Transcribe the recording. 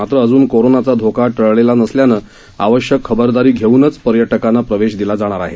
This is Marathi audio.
मात्र अजून कोरोनाचा धोका टळलेला नसल्याने आवश्यक खबरदारी घेऊनच पर्यटकांना प्रवेश दिला जाणार आहे